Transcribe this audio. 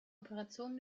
operationen